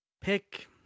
Pick